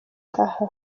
taha